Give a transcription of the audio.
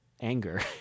anger